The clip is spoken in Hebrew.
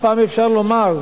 אפשר לומר,